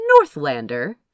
Northlander